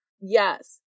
Yes